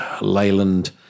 Leyland